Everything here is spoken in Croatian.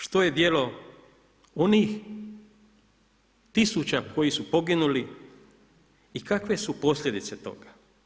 Što je djelo onih tisuća koji su poginuli i kakve su posljedice toga?